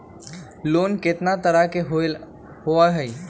Loan केतना तरह के होअ हई?